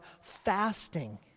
fasting